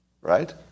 right